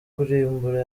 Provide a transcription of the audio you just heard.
kurimbura